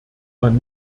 man